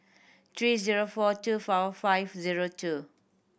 three zero four two four five zero two